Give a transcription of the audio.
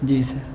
جی سر